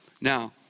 Now